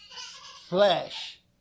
flesh